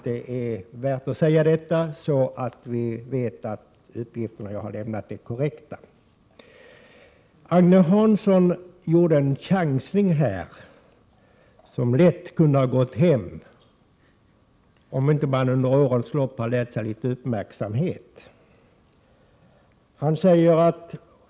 Det är värt att säga detta, så att vi vet att de uppgifter som jag har lämnat är korrekta. Agne Hansson gjorde en chansning i talarstolen som lätt kunde så att säga ha gått hem om man under årens lopp inte hade lärt sig att vara litet uppmärksam.